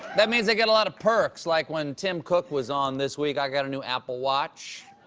that means i get a lot of perks like when tim cook was on this week i got a new apple watch.